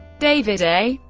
david a.